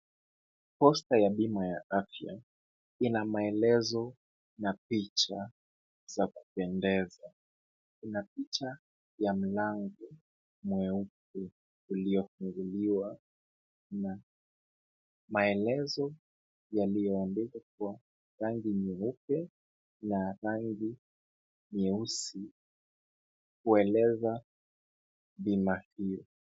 Posta ya bima ya afya, ina maelezo na picha za kupendeza. Kuna picha ya mlango mweupe iliyofunguliwa na maelezo yaliyoandikwa kwa rangi nyeupe na rangi nyeusi kueleza bima hiyo.